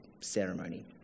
ceremony